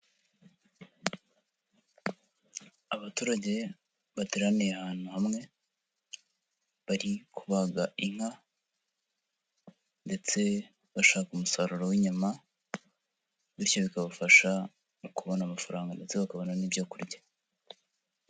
Abaturage bateraniye ahantu hamwe bari kubaga inka ndetse bashaka umusaruro w'inyama, bityo bikabafasha mu kubona amafaranga ndetse bakabona n'ibyo kurya.